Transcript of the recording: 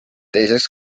teiseks